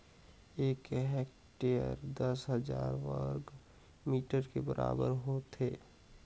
एक हेक्टेयर दस हजार वर्ग मीटर के बराबर होथे